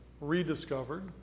rediscovered